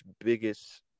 biggest